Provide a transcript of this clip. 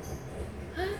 !huh!